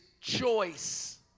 choice